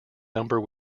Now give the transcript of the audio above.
number